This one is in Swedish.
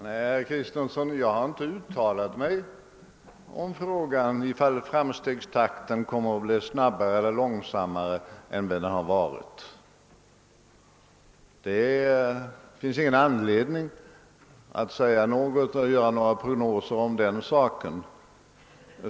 Herr talman! Nej, herr Kristenson, jag har inte uttalat mig om huruvida framstegstakten kommer att bli snabbare eller långsammare än den har varit. Det finns för min argumentation ingen anledning att göra några prognoser om den saken.